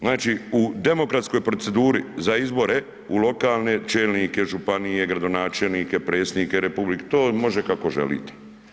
Znači u demokratskoj proceduri za izbore u lokalne čelnike, županije, gradonačelnike, predsjednike, to može kako želite.